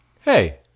Hey